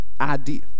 idea